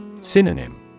Synonym